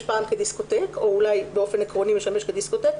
פעם כדיסקוטק או אולי באופן עקרוני משמש כדיסקוטק,